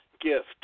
gift